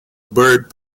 bird